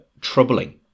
troubling